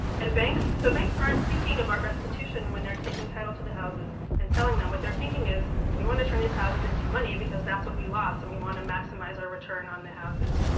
and banks so banks aren't thinking about restitution when they're taking title to the houses and selling them. what they're thinking is, we want to turn these houses into money, because that's what we lost, and we want to maximize our return on the houses.